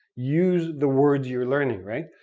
use the words you're learning, right?